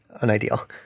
unideal